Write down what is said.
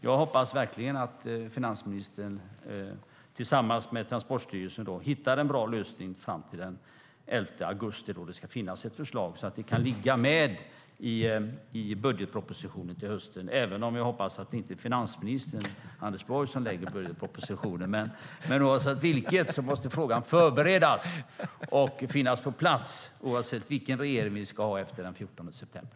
Jag hoppas verkligen att finansministern tillsammans med Transportstyrelsen hittar en bra lösning fram till den 11 augusti, så att det kan finnas ett förslag i budgetpropositionen till hösten - även om jag hoppas att det inte är finansminister Anders Borg som lägger fram budgetpropositionen. Men frågan måste förberedas och finnas på plats oavsett vilken regering vi har efter den 14 september.